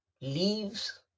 leaves